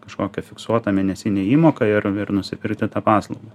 kažkokią fiksuotą mėnesinę įmoką ir ir nusipirkti tą paslaugą